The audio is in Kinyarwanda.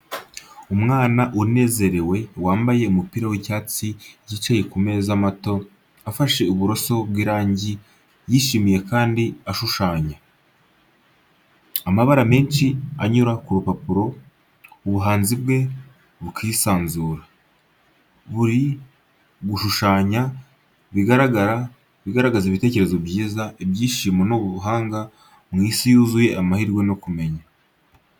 Umwana unezerewe, wambaye umupira w’icyatsi yicaye ku meza mato, afashe uburoso bw'irangi yishimye kandi ashushanya. Amabara menshi anyura ku rupapuro, ubuhanzi bwe bukisanzura. Buri gushushanya bigaragaza ibitekerezo byiza, ibyishimo n’ubuhanga mu isi yuzuye amahirwe yo kumenya.